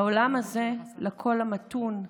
בעולם הזה לקול המתון,